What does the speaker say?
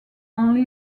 only